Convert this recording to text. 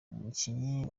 umukinnyi